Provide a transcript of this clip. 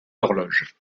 horloge